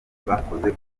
bakoze